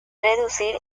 reducir